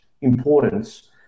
importance